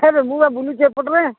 ଆରେ ମୁଁ ବା ବୁଲୁଛି ଏପଟରେ